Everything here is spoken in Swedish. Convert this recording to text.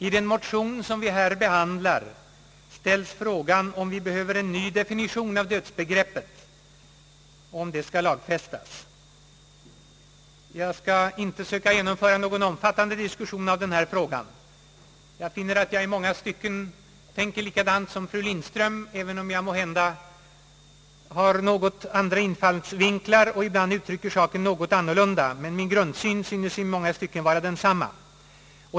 I den motion som vi här behandlar ställs frågan om vi behöver en ny definition av dödsbegreppet och om denna definition skall lagfästas. Jag skall inte söka ta upp någon omfattande diskussion i denna fråga. Jag finner att jag i många stycken tänker likadant som fru Lindström, även om jag måhända har andra infallsvinklar och uttrycker saken annorlunda. Min grundsyn tyckes i många stycken vara densamma.